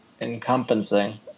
encompassing